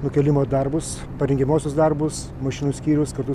nukėlimo darbus parengiamuosius darbus mašinų skyrius kartu